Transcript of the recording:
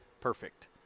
Perfect